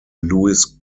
lewis